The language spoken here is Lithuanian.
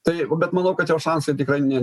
tai o bet manau kad jo šansai tikrai ne